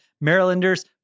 Marylanders